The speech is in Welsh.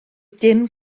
dim